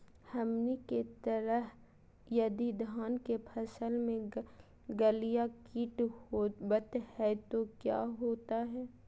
हमनी के तरह यदि धान के फसल में गलगलिया किट होबत है तो क्या होता ह?